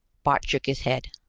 bart shook his head.